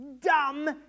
dumb